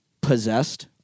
possessed